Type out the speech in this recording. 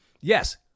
yes